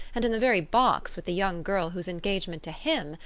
and in the very box with the young girl whose engagement to him,